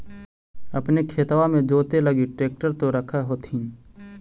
अपने खेतबा मे जोते लगी ट्रेक्टर तो रख होथिन?